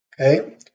Okay